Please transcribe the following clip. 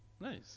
Nice